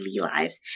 lives